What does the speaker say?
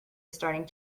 starting